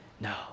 No